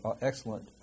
excellent